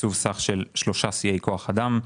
ותקצוב סך של שלושה שיאי כוח אדם.